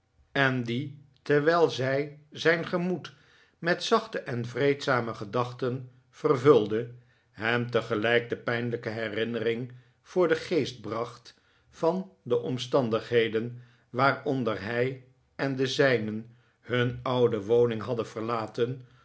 en nikolaas buiten die terwijl zij zijn gemoed met zachte en vreedzame gedachten vervulde hem tegelijk de pijnlijke herinnering voor den geest bracht van de omstandigheden waaronder hij en de zijnen hun oude woning hadden verlaten